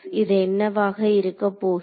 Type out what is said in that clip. இது என்னவாக இருக்கப்போகிறது